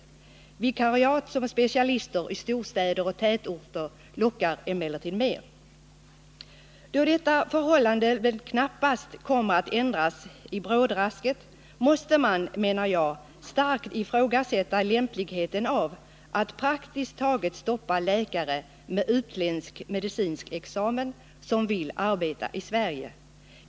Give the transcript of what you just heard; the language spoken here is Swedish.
Vikariat som specialist i storstäder och tätorter lockar emellertid mer. Då detta förhållande väl knappast kommer att ändras i brådrasket. måste man enligt min mening starkt ifrågasätta lämpligheten av att praktiskt taget stoppa läkare med utländsk medicinsk examen som vill arbeta i Sverige.